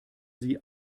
sie